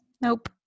nope